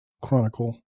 Chronicle